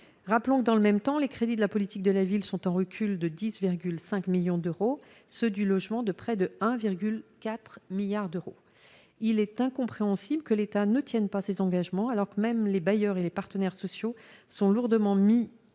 rappelons que dans le même temps, les crédits de la politique de la ville sont en recul de 10,5 millions d'euros, ceux du logement, de près de 1,4 milliards d'euros, il est incompréhensible que l'État ne tienne pas ses engagements, alors que même les bailleurs et les partenaires sociaux sont lourdement mis